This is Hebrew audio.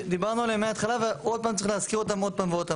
דיברנו עליהן מהתחלה וצריך להזכיר אותן עוד פעם ועוד פעם.